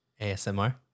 ASMR